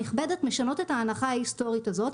משנות את ההנחה ההיסטורית הזאת,